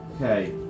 Okay